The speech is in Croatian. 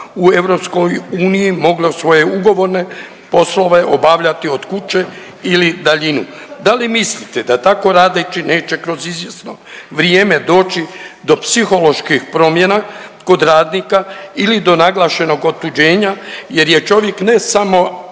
u EU moglo svoje ugovorne poslove obavljati od kuće ili daljinu. Da li mislite da tako radeći neće kroz izvjesno vrijeme doći do psiholoških promjena kod radnika ili do naglašenog otuđenja jer je čovjek ne samo